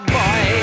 boy